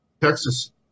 Texas